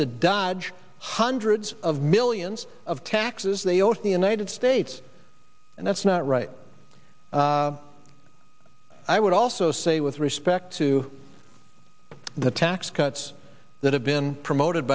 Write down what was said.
to dodge hundreds of millions of taxes they owe to the united states and that's not right i would also say with respect to the tax cuts that have been promoted